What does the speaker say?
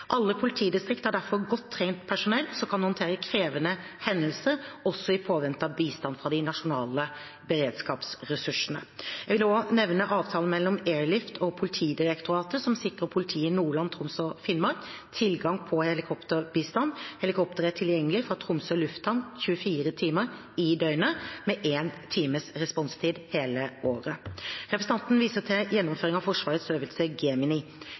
Alle politidistrikt har derfor godt trent personell som kan håndtere krevende hendelser, også i påvente av bistand fra de nasjonale beredskapsressursene. Jeg vil også nevne avtalen mellom Airlift og Politidirektoratet, som sikrer politiet i Nordland, Troms og Finnmark tilgang på helikopterbistand. Helikopteret er tilgjengelig fra Tromsø lufthavn 24 timer i døgnet, med 1 times responstid, hele året. Representanten viser til gjennomføringen av Forsvarets øvelse Gemini.